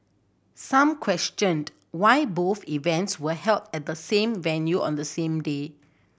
some questioned why both events were held at the same venue on the same day